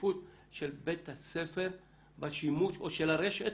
שקיפות של בית הספר או של הרשת